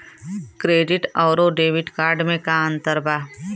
Credit अउरो debit card मे का अन्तर बा?